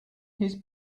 his